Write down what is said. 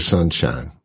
Sunshine